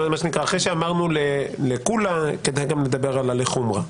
אחרי שאמרנו לקולא, כדאי לדבר גם על החומרא.